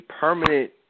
permanent